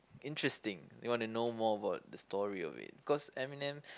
interesting you wanna know more about the story of it cause Eminem